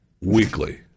weekly